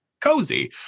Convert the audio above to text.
cozy